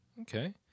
Okay